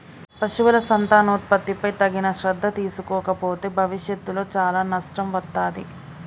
పశువుల సంతానోత్పత్తిపై తగిన శ్రద్ధ తీసుకోకపోతే భవిష్యత్తులో చాలా నష్టం వత్తాది